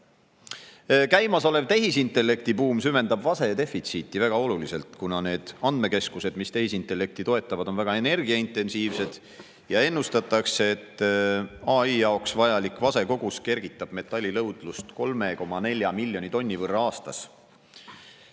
õnnestub. Käimasolev tehisintellektibuum süvendab väga oluliselt vase defitsiiti, kuna andmekeskused, mis tehisintellekti toetavad, on väga energiaintensiivsed. Ennustatakse, et AI jaoks vajalik vasekogus kergitab metalli nõudlust 3,4 miljoni tonni võrra aastas.